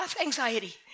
anxiety